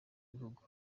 bihugu